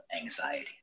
anxiety